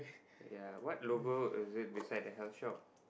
ya what logo is it beside the health shop